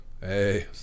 hey